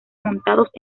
montados